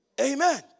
Amen